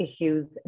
issues